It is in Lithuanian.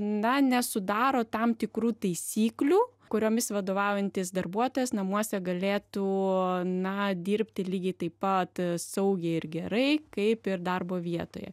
na nesudaro tam tikrų taisyklių kuriomis vadovaujantis darbuotojas namuose galėtų na dirbti lygiai taip pat saugiai ir gerai kaip ir darbo vietoje